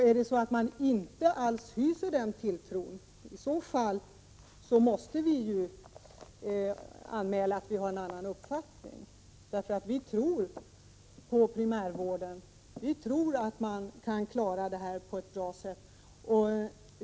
Är det så att man inte alls hyser den tilltron måste vi anmäla att vi har en annan uppfattning. Vi tror nämligen på primärvården. Vi tror att man där kan klara vården på ett bra sätt.